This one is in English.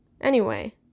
Anyway